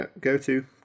go-to